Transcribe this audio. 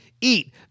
eat